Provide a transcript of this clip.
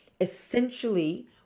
essentially